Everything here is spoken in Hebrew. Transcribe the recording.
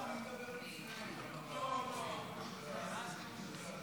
חוק סיוע להורים לילדים עד גיל שלוש